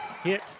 Hit